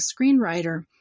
screenwriter